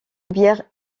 bières